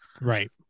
Right